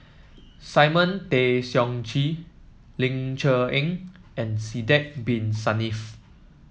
Simon Tay Seong Chee Ling Cher Eng and Sidek Bin Saniff